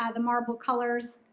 ah the marble colors,